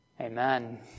amen